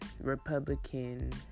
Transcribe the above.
Republican